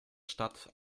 stadt